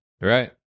Right